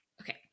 okay